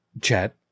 chat